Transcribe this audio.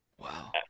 Wow